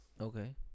Okay